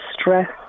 stress